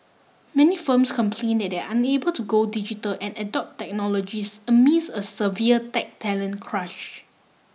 many firms complain that they are unable to go digital and adopt technologies amid a severe tech talent crunch